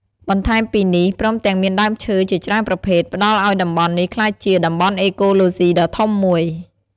បន្ថែមពីនេះ ព្រមទាំងមានដើមឈើជាច្រើនប្រភេទ ផ្តល់ឲ្យតំបន់នេះក្លាយជា តំបន់អេកូឡូស៊ីដ៏ធំមួយ។